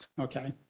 okay